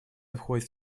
входит